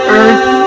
earth